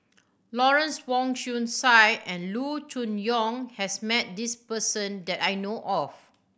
Lawrence Wong Shyun Tsai and Loo Choon Yong has met this person that I know of